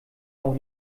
auch